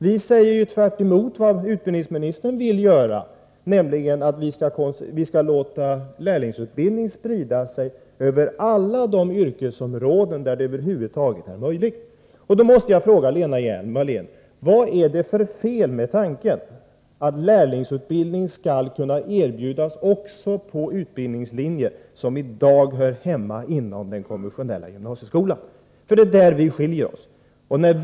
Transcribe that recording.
Vi säger — tvärtemot vad utbildningsministern vill — att vi skall låta lärlingsutbildningen sprida sig över alla de yrkesområden där det över huvud taget är möjligt. Då måste jag fråga Lena Hjelm-Wallén: Vad är det för fel med tanken att lärlingsutbildning skall kunna erbjudas också på utbildningslinjer som i dag hör hemma inom den konventionella gymnasieskolan? Det är ju på den punkten som meningarna skiljer sig.